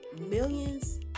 millions